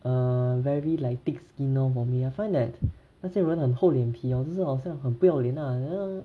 err very like thick-skinned lor for me I find that 那些人很厚脸皮咯就是 hor 好像很不要脸啊